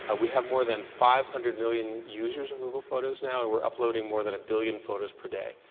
ah we have more than five hundred million users of google photos now, and we're uploading more than a billion photos per day.